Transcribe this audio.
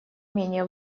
менее